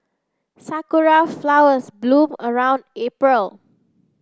Sakura flowers bloom around April